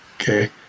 okay